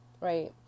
right